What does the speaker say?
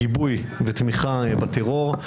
גיבוי ותמיכה בטרור.